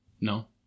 no